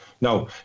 Now